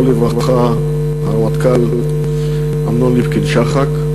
הרמטכ"ל אמנון ליפקין-שחק,